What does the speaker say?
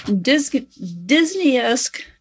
Disney-esque